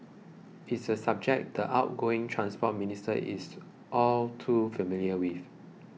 it is a subject the outgoing Transport Minister is all too familiar with